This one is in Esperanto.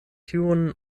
tiun